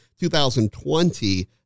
2020